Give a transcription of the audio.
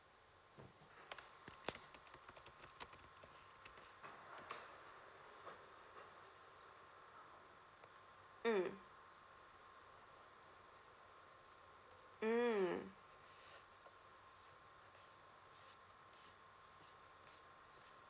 mm mm